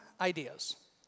ideas